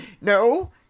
No